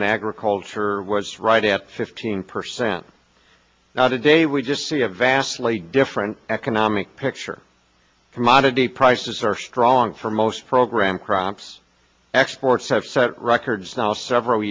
on agriculture was right at fifteen percent now today we just see a vastly different economic picture commodity prices are strong for most program crops exports have set records now several